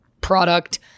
product –